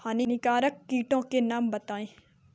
हानिकारक कीटों के नाम बताएँ?